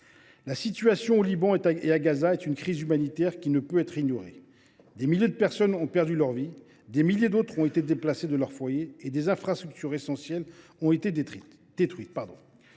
La situation au Liban et à Gaza constitue une crise humanitaire qui ne peut être ignorée. Des milliers de personnes ont perdu la vie, des milliers d’autres ont dû quitter leur foyer et des infrastructures essentielles ont été détruites.